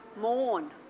mourn